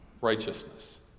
Righteousness